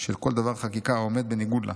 של כל דבר חקיקה אחר העומד בניגוד לה,